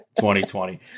2020